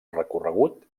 recorregut